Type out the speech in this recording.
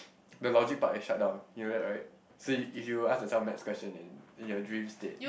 the logic part is shut down you know that right so if you ask yourself next question in in your dream state